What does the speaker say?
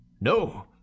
no